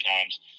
times